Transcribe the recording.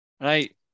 Right